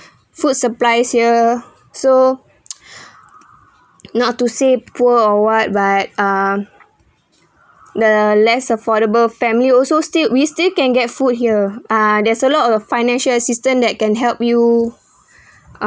food supplies here so not to say poor or what but um the less affordable family also still we still can get food here ah there's a lot of financial assistant that can help you uh